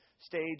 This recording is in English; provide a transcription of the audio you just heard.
stage